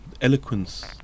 eloquence